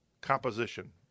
composition